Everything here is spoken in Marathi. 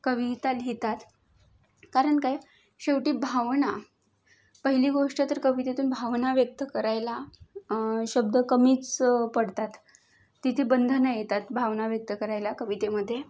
कविता लिहितात कारण काय शेवटी भावना पहिली गोष्ट तर कवितेतून भावना व्यक्त करायला शब्द कमीच पडतात तिथे बंधनं येतात भावना व्यक्त करायला कवितेमधे